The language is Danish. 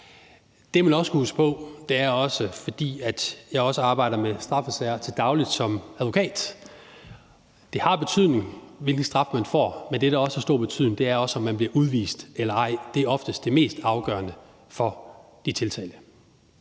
Det, man også skal huske på – det siger jeg, fordi jeg også arbejder med straffesager til daglig som advokat – er, at det har betydning, hvilken straf man får, men det, der også har stor betydning, er, om man bliver udvist eller ej. Det er oftest det mest afgørende for de tiltalte.